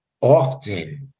often